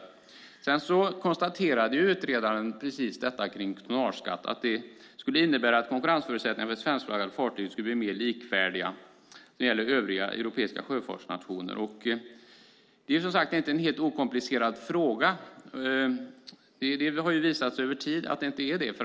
Utredaren konstaterade att ett införande av tonnageskatt skulle innebära att konkurrensförutsättningarna för svenskflaggade fartyg skulle bli mer likvärdiga med dem som gäller i övriga europeiska sjöfartsnationer. Det är, som sagt, inte en helt okomplicerad fråga. Det har visat sig över tid att det inte är det.